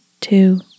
two